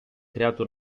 creato